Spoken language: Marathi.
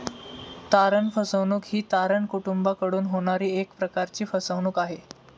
तारण फसवणूक ही तारण कुटूंबाकडून होणारी एक प्रकारची फसवणूक आहे